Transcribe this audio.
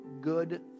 good